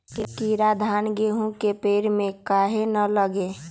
कीरा धान, गेहूं के पेड़ में काहे न लगे?